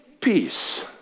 peace